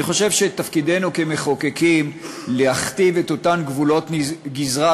אני חושב שתפקידנו כמחוקקים להכתיב את אותם גבולות גזרה,